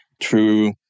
true